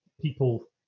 people